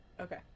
Okay